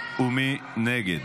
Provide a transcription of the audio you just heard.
ומי נגד?